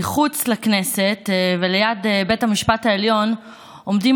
מחוץ לכנסת וליד בית המשפט העליון עומדים